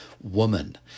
woman